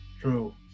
true